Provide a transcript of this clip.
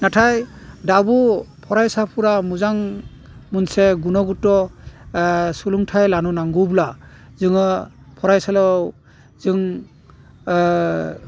नाथाय दाबो फरायसाफोरा मोजां मोनसे गुनागुत्त सोलोंथाइ लानो नांगौब्ला जोङो फरायसालाव जों